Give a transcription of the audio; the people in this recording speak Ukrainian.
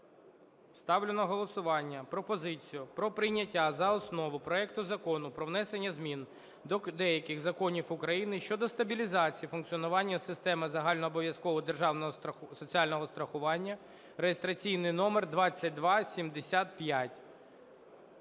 Ставлю на голосування пропозицію про прийняття за основу проект Закону про внесення змін до деяких законів України щодо стабілізації функціонування системи загальнообов'язкового державного соціального страхування (реєстраційний номер 2275).